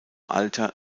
alter